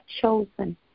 chosen